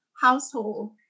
household